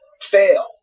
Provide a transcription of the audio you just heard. fail